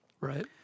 Right